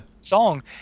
song